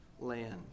land